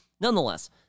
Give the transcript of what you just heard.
Nonetheless